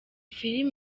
film